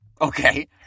Okay